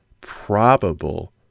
probable